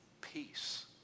peace